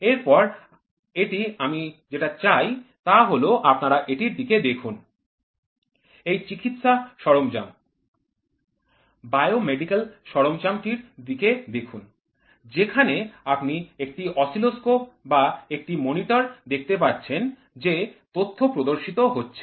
এরপর এটি আমি যেটা চাই তা হল আপনারা এটির দিকে দেখুন এই চিকিৎসার সরঞ্জাম বায়োমেডিকাল সরঞ্জাম টির দিকে দেখুন যেখানে আপনি একটি অসিলোস্কোপ বা একটি মনিটর এ দেখতে পাচ্ছেন যে তথ্য প্রদর্শিত হচ্ছে